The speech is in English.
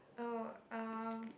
oh um